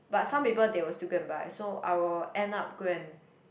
but some people they will still go and buy so I will end up go and